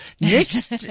Next